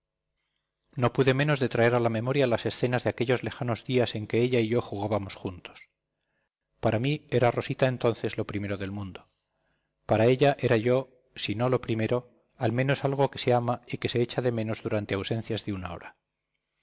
no pude menos de traer a la memoria las escenas de aquellos lejanos días en que ella y yo jugábamos juntos para mí era rosita entonces lo primero del mundo para ella era yo si no lo primero al menos algo que se ama y que se echa de menos durante ausencias de una hora